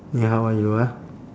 你 how are you ah